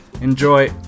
enjoy